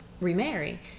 remarry